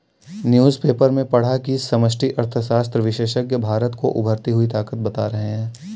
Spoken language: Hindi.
न्यूज़पेपर में पढ़ा की समष्टि अर्थशास्त्र विशेषज्ञ भारत को उभरती हुई ताकत बता रहे हैं